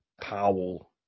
Powell